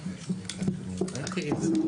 את המבנה עצמו, מאיפה קונים?